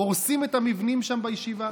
הורסים את המבנים שם בישיבה.